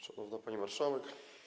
Szanowna Pani Marszałek!